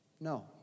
No